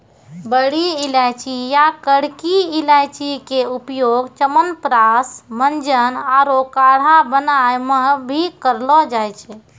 बड़ी इलायची या करकी इलायची के उपयोग च्यवनप्राश, मंजन आरो काढ़ा बनाय मॅ भी करलो जाय छै